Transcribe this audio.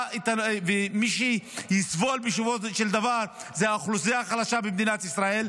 ומי שיסבול בסופו של דבר הוא האוכלוסייה החלשה במדינת ישראל,